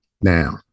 Now